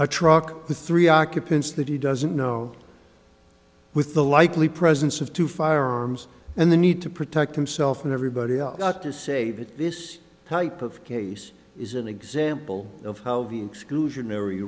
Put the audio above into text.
a truck with three occupants that he doesn't know with the likely presence of two firearms and the need to protect himself and everybody else to say that this type of case is an example of how the exclusionary